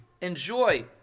enjoy